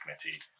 committee